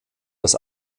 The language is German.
das